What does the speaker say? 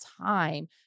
time